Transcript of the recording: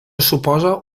suposa